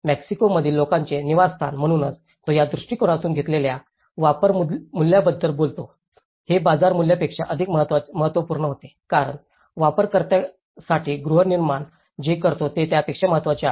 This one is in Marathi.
मेक्सिकोमधील लोकांचे निवासस्थान म्हणूनच तो या दृष्टिकोनातून घेतलेल्या वापर मूल्याबद्दल बोलतो हे बाजार मूल्यापेक्षा अधिक महत्त्वपूर्ण होते कारण वापरकर्त्यासाठी गृहनिर्माण जे करतो ते त्यापेक्षा महत्वाचे आहे